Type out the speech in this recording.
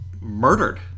murdered